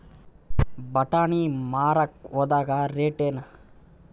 ಬಟಾನಿ ಮಾರಾಕ್ ಹೋದರ ರೇಟೇನು?